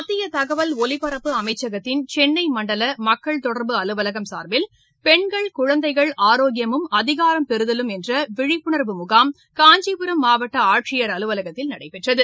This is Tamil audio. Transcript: மத்திய தகவல் ஒலிபரப்பு அமைச்சகத்தின் சென்னை மண்டல மக்கள் தொடர்பு அலுவலகம் சார்பில் பெண்கள் குழந்தைகள் ஆரோக்கியமும் அதிகாரம் பெறுதலும் என்ற விழிப்புணர்வு முனம் காஞ்சிபுரம் மாவட்ட ஆட்சியர் அலுவலகத்தில் நடைபெற்றது